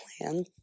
plan